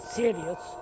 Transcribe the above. serious